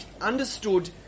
understood